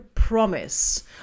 promise